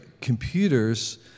computers